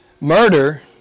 murder